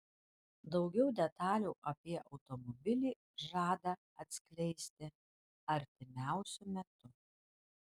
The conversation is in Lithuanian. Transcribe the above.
daugiau detalių apie automobilį žada atskleisti artimiausiu metu